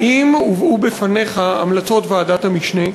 האם הובאו בפניך המלצות ועדת המשנה,